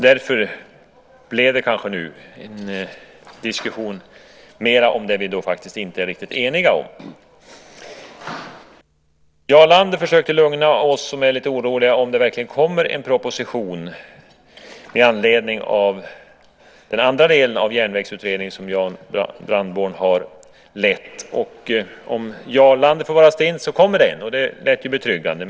Därför blev det nu kanske mer en diskussion om det vi faktiskt inte är riktigt eniga om. Jarl Lander försökte lugna oss som är lite oroliga för om det verkligen kommer en proposition med anledning av den andra delen av den järnvägsutredning som Jan Brandborn har lett. Om Jarl Lander får vara stins kommer det en. Det låter betryggande.